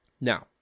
Now